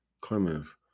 Clemens